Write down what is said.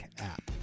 app